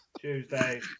Tuesday